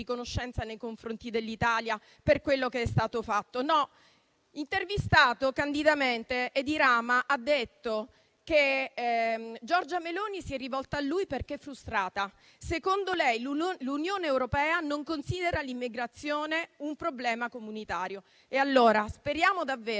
riconoscenza nei confronti dell'Italia per quello che è stato fatto. Intervistato, Edi Rama ha candidamente detto che Giorgia Meloni si è rivolta a lui perché è frustrata. Secondo lei, l'Unione europea non considera l'immigrazione un problema comunitario. Allora, speriamo davvero